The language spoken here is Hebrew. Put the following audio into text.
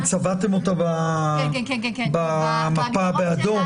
גם צבעתם אותה באדום במפה.